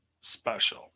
special